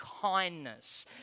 kindness